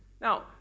Now